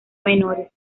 menores